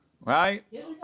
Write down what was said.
Right